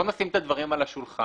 בואו נשים את הדברים על השולחן.